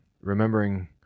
Remembering